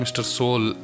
Mr.Soul